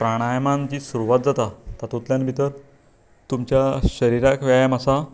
प्राणायमान जी सुरवात जाता तातूंतल्यान भितर तुमच्या शरिराक व्यायाम आसा